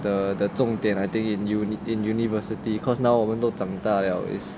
the the 重点 I think in uni in university cause now 我们都长大了 is